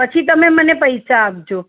પછી તમે મને પૈસા આપજો